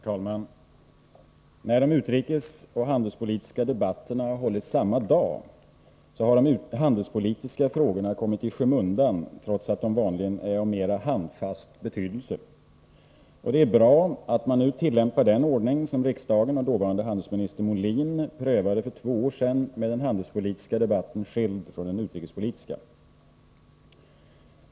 Herr talman! När de utrikesoch handelspolitiska debatterna hållits samma dag har de handelspolitiska frågorna kommit i skymundan trots att de vanligen är av mera handfast betydelse. Det är bra att man nu tillämpar den ordning som riksdagen och dåvarande handelsminister Molin prövade för två år sedan med den handelspolitiska debatten skild från den utrikespolitiska.